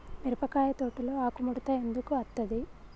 మిరపకాయ తోటలో ఆకు ముడత ఎందుకు అత్తది?